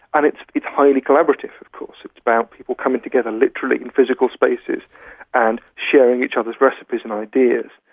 and it's it's highly collaborative of course, it's about people coming together literally in physical spaces and sharing each other's recipes and ideas.